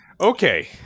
Okay